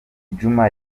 djuma